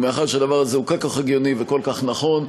ומאחר שהדבר הזה הוא כל כך הגיוני וכל כך נכון,